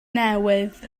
newydd